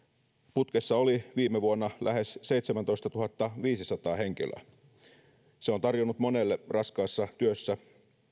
putkessa oli viime vuonna lähes seitsemäntoistatuhattaviisisataa henkilöä se on tarjonnut monelle raskaassa työssä